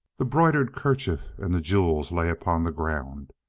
the broidered kerchief and the jewels lay upon the ground.